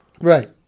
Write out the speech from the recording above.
Right